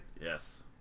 Yes